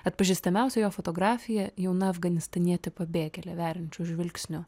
atpažįstamiausia jo fotografija jauna afganistanietė pabėgėlė veriančiu žvilgsniu